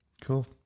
Cool